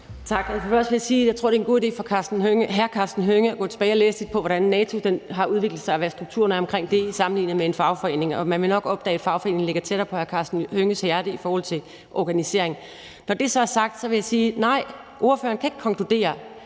jeg tror, det er en god idé for hr. Karsten Hønge at gå tilbage og læse lidt på, hvordan NATO har udviklet sig, og hvad strukturerne er omkring det sammenlignet med en fagforening. Man vil nok opdage, at fagforeningen ligger tættere på hr. Karsten Hønges hjerte i forhold til organisering. Når det så er sagt, vil jeg sige: Nej, ordføreren kan ikke konkludere,